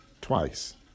twice